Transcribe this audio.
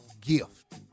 gift